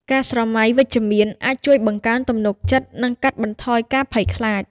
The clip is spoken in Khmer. ការស្រមៃវិជ្ជមានអាចជួយបង្កើនទំនុកចិត្ត និងកាត់បន្ថយការភ័យខ្លាច។